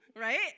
right